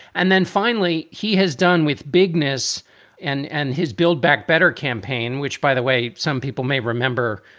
and then finally, he has done with bigness and and his build back better campaign, which, by the way, some people may remember